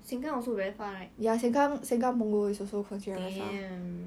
sengkang also very far right damn